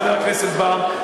חבר הכנסת בר,